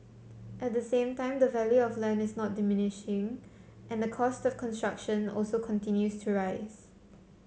at the same time the value of land is not diminishing and the cost of construction also continues to rise